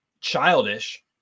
childish